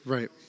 Right